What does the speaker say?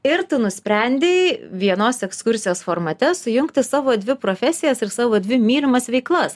ir tu nusprendei vienos ekskursijos formate sujungti savo dvi profesijas ir savo dvi mylimas veiklas